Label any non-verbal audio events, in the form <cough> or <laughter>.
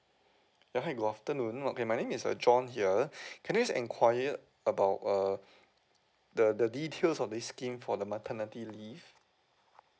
ya hi good afternoon okay my name is uh john here <breath> can I just enquire about uh <breath> the the details of this scheme for the maternity leave